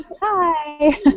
Hi